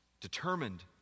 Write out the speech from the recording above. determined